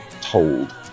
told